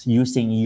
using